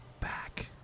back